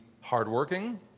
hardworking